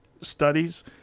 studies